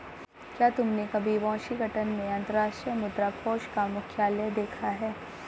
क्या तुमने कभी वाशिंगटन में अंतर्राष्ट्रीय मुद्रा कोष का मुख्यालय देखा है?